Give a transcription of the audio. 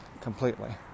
completely